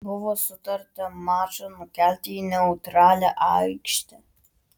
buvo sutarta mačą nukelti į neutralią aikštę